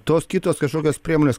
tos kitos kažkokios priemonės